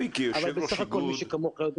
אבל בסך הכל מי שכמוך יודע